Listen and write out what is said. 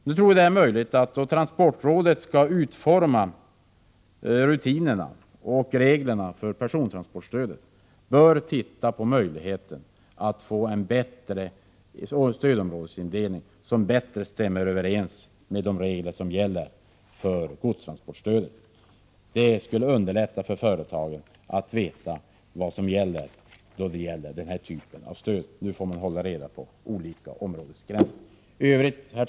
När transportrådet skall utforma rutinerna och reglerna för persontransportstödet bör man undersöka möjligheterna att få till stånd en bättre stödområdesindelning, en indelning som bättre överensstämmer med de regler som gäller för godstransportstödet. Det skulle underlätta för företagen när det gäller att veta vad som gäller för detta slag av stöd. Nu måste de hålla reda på olika områdesgränser. Herr talman!